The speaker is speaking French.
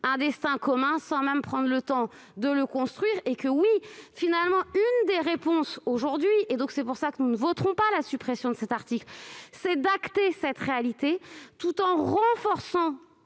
un destin commun, sans même prendre le temps de le construire. Finalement, une des réponses- et c'est la raison pour laquelle nous ne voterons pas la suppression de cet article -, c'est d'acter cette réalité, tout en renforçant